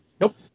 Nope